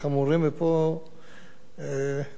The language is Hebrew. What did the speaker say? מכיוון שכזאת תהיה התייחסות של השלטונות,